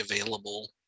available